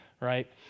right